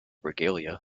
regalia